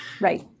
Right